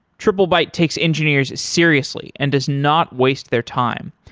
triplebyte takes engineers seriously and does not waste their time.